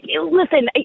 listen